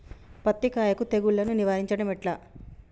పత్తి కాయకు తెగుళ్లను నివారించడం ఎట్లా?